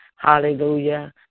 Hallelujah